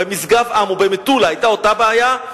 במשגב-עם או במטולה אותה בעיה,